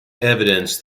evidence